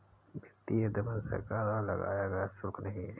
वित्तीय दमन सरकार द्वारा लगाया गया शुल्क नहीं है